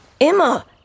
Emma